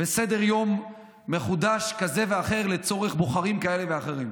בסדר-יום מחודש כזה ואחר לצורך בוחרים כאלה ואחרים?